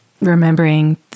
remembering